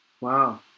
Wow